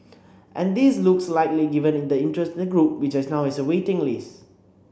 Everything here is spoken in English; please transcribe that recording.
and this looks likely given the interest in the group which now has a waiting list